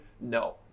No